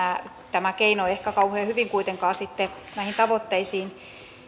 tämä keino ei ehkä kauhean hyvin kuitenkaan sitten näihin tavoitteisiin